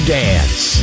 dance